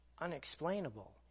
unexplainable